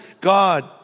God